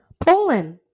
Poland